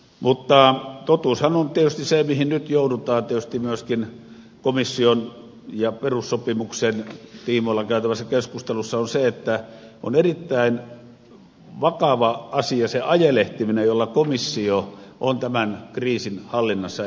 mutta totuushan on se mihin nyt joudutaan tietysti myöskin komission ja perussopimuksen tiimoilla käytävässä keskustelussa että on erittäin vakava asia se ajelehtiminen jolla komissio on tämän kriisin hallinnassa edennyt